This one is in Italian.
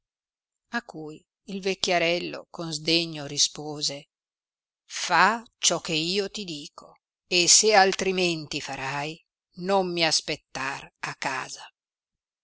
a cui il vecchiarello con sdegno rispose fa ciò che io ti dico e se altrimenti farai non mi aspettar a casa